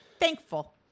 Thankful